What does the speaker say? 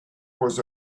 was